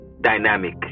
dynamic